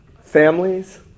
Families